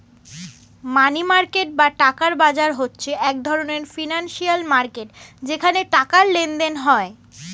মানি market বা টাকার বাজার হচ্ছে এক ধরণের ফিনান্সিয়াল মার্কেট যেখানে টাকার লেনদেন হয়